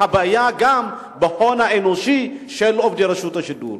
הבעיה גם בהון האנושי של עובדי רשות השידור.